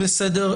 בסדר.